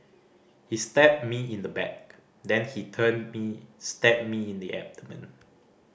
he stabbed me in the back then he turned me stabbed me in the abdomen